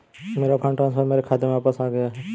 मेरा fund transfer मेरे खाते में वापस आ गया है